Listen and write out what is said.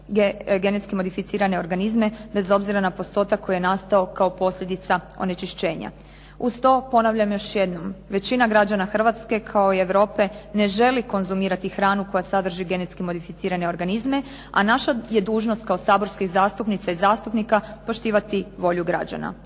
koji sadrže GMO organizme bez obzira na postotak koji je nastao kao posljedica onečišćenja. Uz to, ponavljam još jednom, većina građana Hrvatske kao i Europe ne želi konzumirati hranu koja sadrži GMO-e, a naša je dužnost kao saborskih zastupnica i zastupnika poštivati volju građana.